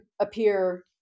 appear